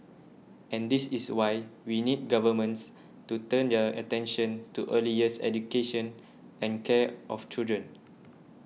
and this is why we need governments to turn their attention to early years education and care of children